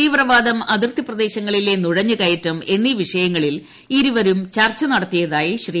തീവ്രവാദം അതിർത്തി പ്രദേശങ്ങളിലെ ്നുഴഞ്ഞു കയറ്റം എന്നീ വിഷയങ്ങളിൽ ഇരുവരും ചർച്ച നടത്തിയതായി ശ്രീ